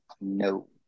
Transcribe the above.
No